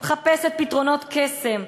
מחפשת פתרונות קסם,